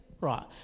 right